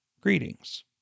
greetings